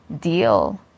deal